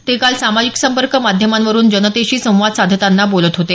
ते काल सामाजिक संपर्क माध्यमांवरून जनतेशी संवाद साधताना बोलत होते